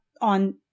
on